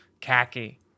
khaki